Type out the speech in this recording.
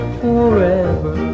forever